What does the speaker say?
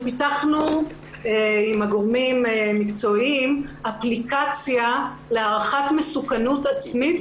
פיתחנו עם הגורמים המקצועיים אפליקציה להערכת מסוכנות עצמית